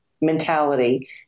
mentality